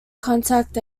contact